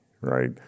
right